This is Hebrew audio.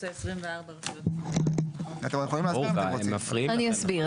אני אסביר.